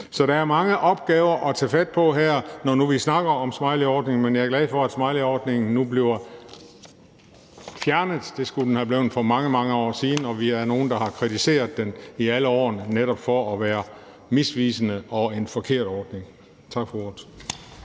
Så der er mange opgaver at tage fat på her, når nu vi snakker om smileyordningen, men jeg er glad for, at smileyordningen nu bliver fjernet. Det skulle den være blevet for mange, mange år siden, og vi er nogle, der har kritiseret den i alle årene for at være netop misvisende og en forkert ordning. Tak for ordet.